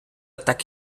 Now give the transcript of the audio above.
так